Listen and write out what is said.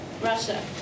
Russia